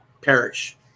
perish